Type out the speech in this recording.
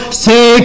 say